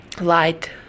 light